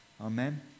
Amen